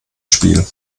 spiel